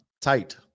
tight